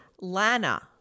Lana